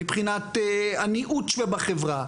מבחינת הנראות שלה בחברה,